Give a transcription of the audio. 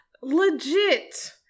legit